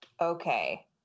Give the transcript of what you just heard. Okay